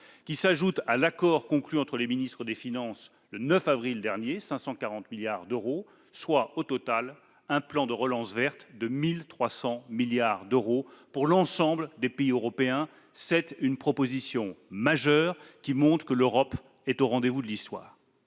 par l'accord conclu entre les ministres des finances le 9 avril dernier, soit, au total, un plan de relance verte de 1 300 milliards d'euros pour l'ensemble des pays européens. C'est une proposition majeure, qui montre que l'Union européenne est au rendez-vous de l'histoire.